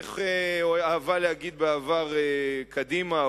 איך אהבה להגיד בעבר קדימה,